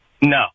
no